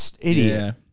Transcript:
idiot